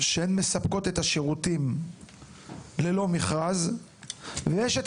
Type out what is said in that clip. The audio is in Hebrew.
שהן מספקות את השירותים ללא מכרז; ויש את